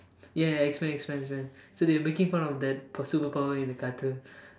ya ya X-men X-men X-men so they were making fun of that superhero in the cartoon